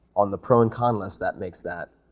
on the pro and con list, that makes that